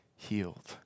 Healed